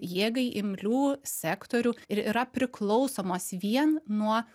jėgai imlių sektorių ir yra priklausomos vien nuo